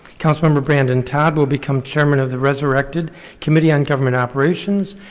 councilmember brandon todd will become chairman of the resurrected committee on government operations,